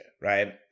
right